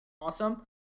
awesome